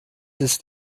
ist